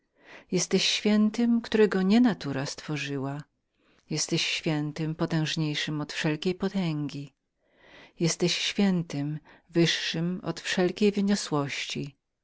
jesteś świętym którego nie natura stworzyła jesteś świętym potężniejszym od wszelkiej potęgi jesteś świętym wyższym od wszelkiej wyniosłości